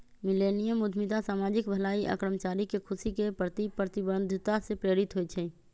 millennium उद्यमिता सामाजिक भलाई आऽ कर्मचारी के खुशी के प्रति प्रतिबद्धता से प्रेरित होइ छइ